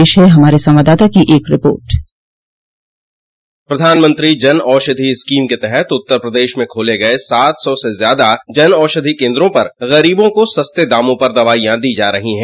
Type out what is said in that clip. पेश है हमारे संवाददाता की रिपोर्ट प्रधानमंत्री जन औषधि स्कीम के तहत उत्तर प्रेदश में खोले गये सात सौ से ज्यादा जन औषधि केन्द्रों पर गरीबों को सस्ते दामों पर दवाईयां दी जा रही हैं